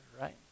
right